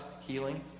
healing